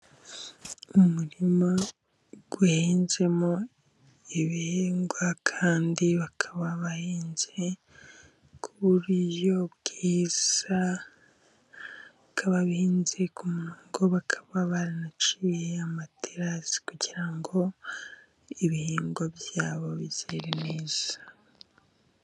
Umurima uhinzemo ibihingwa kandi bakaba bahinze kuburyo bwiza bw'ababihinze ku murongo bakaba baraciye amaterasi kugirango ibihingwa byabo bize neza.